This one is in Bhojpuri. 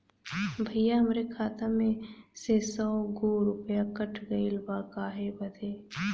भईया हमरे खाता में से सौ गो रूपया कट गईल बा काहे बदे?